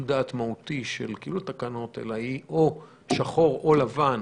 דעת מהותי של תיקון התקנות אלא היא או שחור או לבן